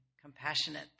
compassionate